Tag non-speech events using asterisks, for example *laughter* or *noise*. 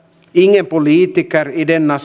ingen politiker i denna *unintelligible*